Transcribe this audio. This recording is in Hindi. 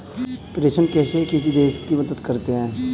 प्रेषण कैसे किसी देश की मदद करते हैं?